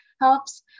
helps